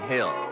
Hill